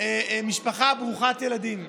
משפחה ברוכת ילדים,